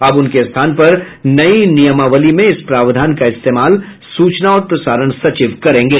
अब उनके स्थान पर नयी नियमावली में इस प्रावधान का इस्तेमाल सूचना और प्रसारण सचिव करेंगे